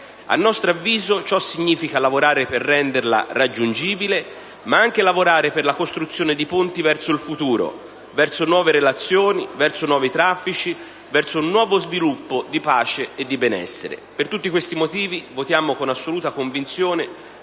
A nostro avviso, ciò significa lavorare per renderla raggiungibile, ma anche lavorare per la costruzione di ponti verso il futuro, verso nuove relazioni, verso nuovi traffici, verso un nuovo sviluppo di pace e di benessere. Per tutti questi motivi votiamo con assoluta convinzione